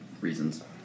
reasons